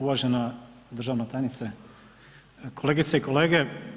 Uvažena državna tajnice, kolegice i kolege.